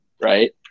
Right